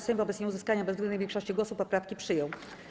Sejm wobec nieuzyskania bezwzględnej większości głosów poprawki przyjął.